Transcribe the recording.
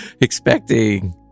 expecting